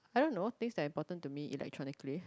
I don't know thing like important to me electronically